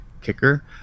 kicker